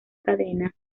cadena